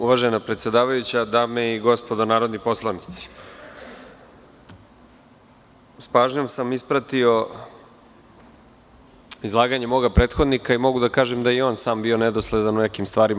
Uvažena predsedavajuća, dame i gospodo narodni poslanici, s pažnjom sam ispratio izlaganje mog prethodnika i mogu da kažem da je i on sam bio nedosledan u nekim stvarima.